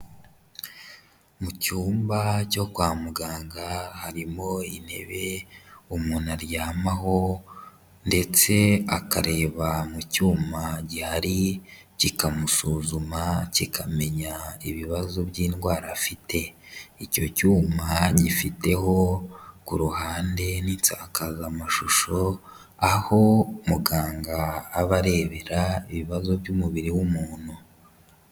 Mu cyumba cyo kwa muganga harimo intebe umuntu aryamaho ndetse akareba mu cyuma gihari, kikamusuzuma, kikamenya ibibazo by'indwara afite. Icyo cyuma gifiteho ku ruhande n'insakazamashusho, aho muganga aba arebera ibibazo by'umubiri w'umuntu.